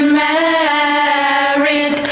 married